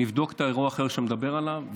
נבדוק את האירוע האחר שאתה מדבר עליו,